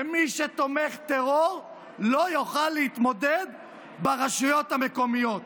שמי שתומך בטרור לא יוכל להתמודד ברשויות המקומיות.